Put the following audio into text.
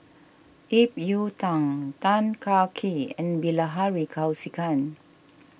Ip Yiu Tung Tan Kah Kee and Bilahari Kausikan